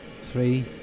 Three